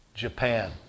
Japan